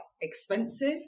expensive